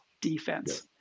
defense